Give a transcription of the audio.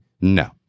No